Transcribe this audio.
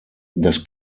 das